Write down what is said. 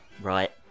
Right